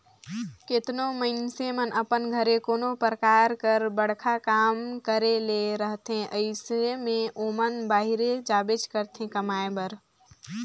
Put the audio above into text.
केतनो मइनसे मन अपन घरे कोनो परकार कर बड़खा काम करे ले रहथे अइसे में ओमन बाहिरे जाबेच करथे कमाए बर